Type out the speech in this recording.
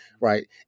right